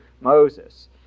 Moses